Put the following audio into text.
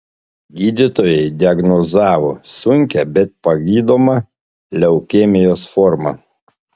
gydytojai diagnozavo sunkią bet pagydomą leukemijos formą